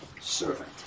servant